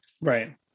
Right